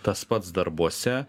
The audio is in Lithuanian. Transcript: tas pats darbuose